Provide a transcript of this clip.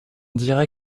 dirait